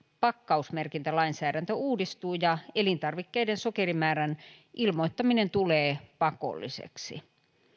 pakkausmerkintälainsäädäntö uudistuu ja elintarvikkeiden sokerimäärän ilmoittaminen tulee pakolliseksi